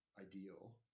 ideal